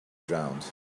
drowned